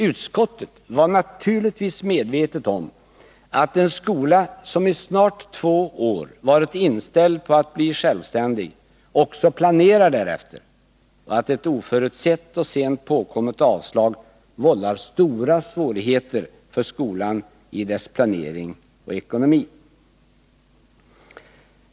Utskottet var naturligtvis medvetet om att en skola som i snart två år varit inställd på att bli självständig också planerar därefter och att ett oförutsett och sent påkommet avslag vållar stora svårigheter för skolan i dess planering och ekonomi.